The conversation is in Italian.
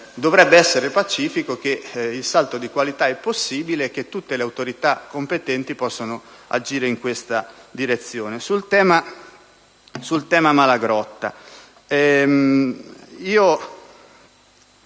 dovrebbe essere pacifico che il salto di qualità è possibile e che tutte le autorità competenti possono agire in tale direzione. Sul tema relativo